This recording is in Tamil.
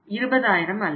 20000 அல்ல